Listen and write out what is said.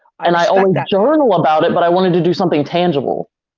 and i always journal about it but i wanted to do something tangible.